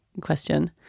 question